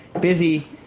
Busy